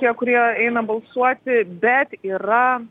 tie kurie eina balsuoti bet yra